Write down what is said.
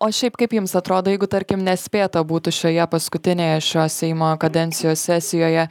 o šiaip kaip jums atrodo jeigu tarkim nespėta būtų šioje paskutinėje šio seimo kadencijos sesijoje